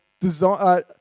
design